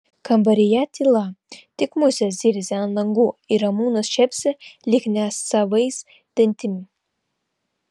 kambaryje tyla tik musės zirzia ant langų ir ramūnas čepsi lyg nesavais dantim